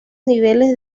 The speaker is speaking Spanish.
niveles